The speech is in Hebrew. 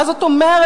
מה זאת אומרת?